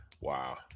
Wow